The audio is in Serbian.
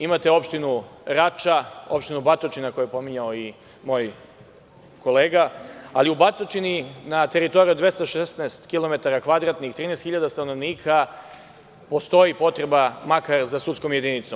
Imate opštinu Rača, opštinu Batočina koju je pominjao i moj kolega, ali u Batočini, na teritoriji od 216 kilometara kvadratnih, 13.000 stanovnika, postoji potreba makar za sudskom jedinicom.